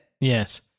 Yes